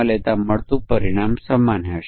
તેથી સમકક્ષ વર્ગોનો સેટ શું હશે